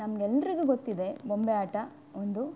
ನಮಗೆಲ್ರಿಗೂ ಗೊತ್ತಿದೆ ಬೊಂಬೆ ಆಟ ಒಂದು